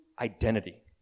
identity